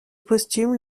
posthume